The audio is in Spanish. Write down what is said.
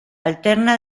alterna